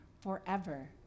forever